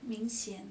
明显